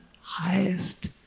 highest